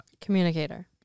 communicator